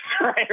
right